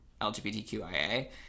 LGBTQIA